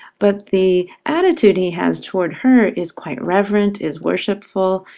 but the attitude he has toward her is quite reverent, is worshipful,